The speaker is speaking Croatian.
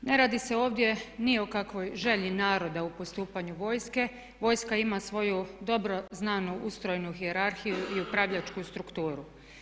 Ne radi se ovdje ni o kakvoj želji naroda u postupanju vojske, vojska ima svoju dobro znanu ustrojenu hijerarhiju i upravljačku strukturu.